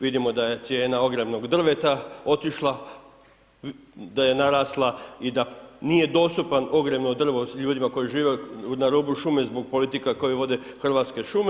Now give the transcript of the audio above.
Vidimo da je cijena ogrjevnog drveta otišla, da je narasla i da nije dostupan ogrjevno drvo ljudima koji žive na rubu šume zbog politika koje vode Hrvatske šume.